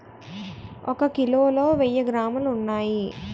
ఒక కిలోలో వెయ్యి గ్రాములు ఉన్నాయి